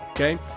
Okay